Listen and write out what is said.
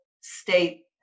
state